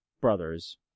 brothers